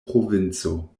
provinco